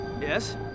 Yes